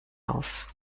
auf